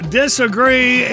disagree